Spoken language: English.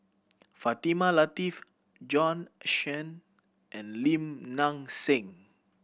Fatimah Lateef Bjorn Shen and Lim Nang Seng